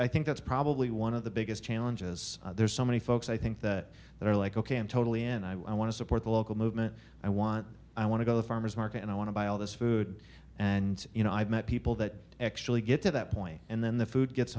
i think that's probably one of the biggest challenges there's so many folks i think that they're like ok i'm totally and i want to support the local movement i want i want to go to farmer's market and i want to buy all this food and you know i've met people that actually get to that point and then the food gets